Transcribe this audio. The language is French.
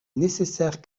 nécessaires